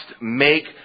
make